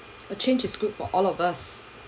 a change is good for all of us